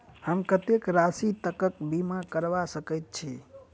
हम कत्तेक राशि तकक बीमा करबा सकैत छी?